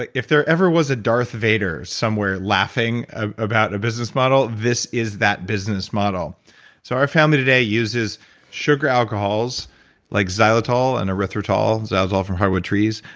like if there ever was a darth vader somewhere laughing ah about a business model, this is that business model so our family today uses sugar alcohols like xylitol and erythritol, xylitol from hardwood trees,